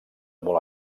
molt